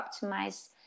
optimize